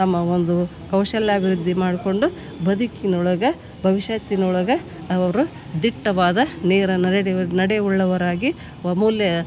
ನಮ್ಮ ಒಂದು ಕೌಶಲ್ಯಾಭಿವೃದ್ಧಿ ಮಾಡಿಕೊಂಡು ಬದಕಿನೊಳಗೆ ಭವಿಷ್ಯತ್ತಿನೊಳಗೆ ಅವರು ದಿಟ್ಟವಾದ ನೇರ ನರೆಡಿವ ನಡೆ ಉಳ್ಳವರಾಗಿ ಅಮೂಲ್ಯ